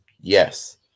Yes